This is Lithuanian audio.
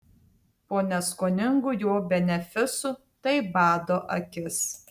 po neskoningų jo benefisų tai bado akis